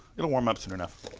it'll warm up soon enough.